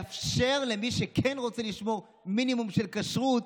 אבל לאפשר למי שכן רוצה לשמור מינימום של כשרות,